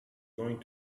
going